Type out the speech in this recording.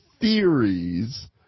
theories